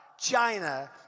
China